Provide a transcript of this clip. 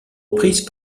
reprises